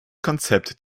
konzept